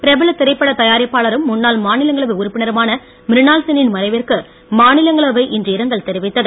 பிரபல திரைப்பட தயாரிப்பாளரும் முன்னாள் மாநிலங்களவை உறுப்பினருமான மிரினால் சென் னின் மறைவிற்கு மாநிலங்களவை இன்று இரங்கல் தெரிவித்தது